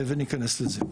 ניכנס לזה.